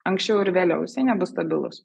anksčiau ar vėliau jisai nebus stabilus